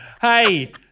Hey